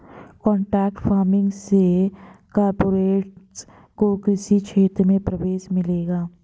contract farming से corporates को कृषि क्षेत्र में प्रवेश मिलेगा